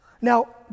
Now